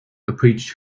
approached